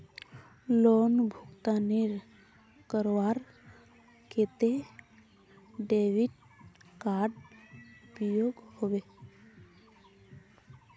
Loan भुगतान करवार केते डेबिट कार्ड उपयोग होबे?